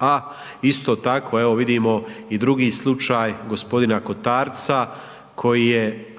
a isto tako evo vidimo i drugi slučaj g. Kotarca